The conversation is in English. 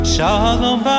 Shalom